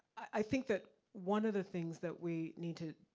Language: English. i think that one of the things that we need to,